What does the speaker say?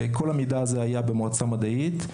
כל המידע הזה היה במועצה המדעית,